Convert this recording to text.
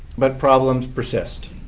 but problems persist.